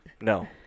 No